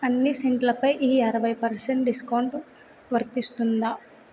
అన్ని సెంట్లపై ఈ అరవై పర్సెంట్ డిస్కౌంట్ వర్తిస్తుందా